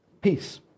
Peace